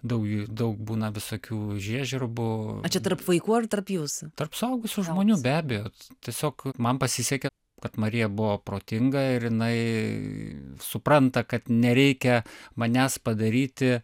daug daug būna visokių žiežirbų tarp vaikų ar tarp jūsų tarp suaugusių žmonių be abejo tiesiog man pasisekė kad marija buvo protinga ir jinai supranta kad nereikia manęs padaryti